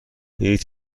هیچ